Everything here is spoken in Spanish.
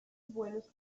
buenos